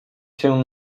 się